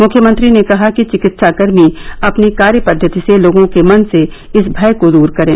मुख्यमंत्री ने कहा कि चिकित्साकर्मी अपनी कार्य पद्वति से लोगों के मन से इस भय को दूर करें